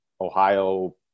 Ohio